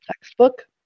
textbook